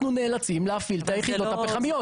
אנחנו נאלצים להפעיל את היחידות הפחמיות.